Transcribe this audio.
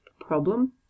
problem